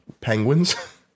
Penguins